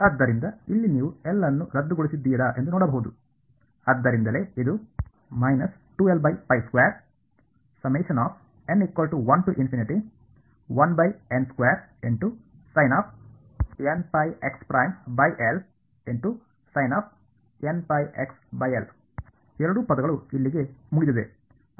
ಆದ್ದರಿಂದ ಇಲ್ಲಿ ನೀವು ಎಲ್ ಅನ್ನು ರದ್ದುಗೊಳಿಸಿದ್ದೀರಾ ಎಂದು ನೋಡಬಹುದು ಆದ್ದರಿಂದಲೇ ಇದು ಎರಡೂ ಪದಗಳು ಇಲ್ಲಿಗೆ ಮುಗಿದಿದೆ